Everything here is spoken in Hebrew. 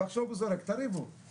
ועכשיו הוא זורק תריבו.